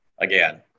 again